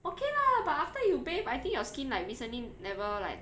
okay lah but after you bathe I think your skin like recently never like